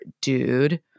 dude